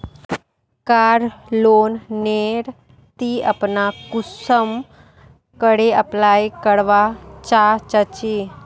कार loan नेर ती अपना कुंसम करे अप्लाई करवा चाँ चची?